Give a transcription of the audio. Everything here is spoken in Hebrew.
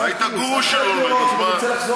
אל תפריע